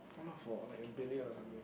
why not for like a billion or something